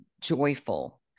joyful